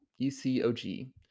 eCog